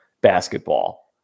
basketball